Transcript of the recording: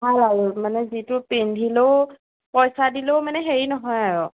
ভাল আৰু মানে যিটো পিন্ধিলেও পইচা দিলেও মানে হেৰি নহয় আৰু